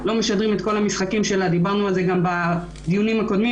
לא משדרים את כל המשחקים שלה דיברנו על זה גם בדיונים הקודמים,